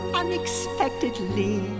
unexpectedly